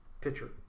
Pitcher